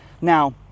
Now